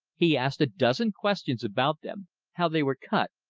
he asked a dozen questions about them how they were cut,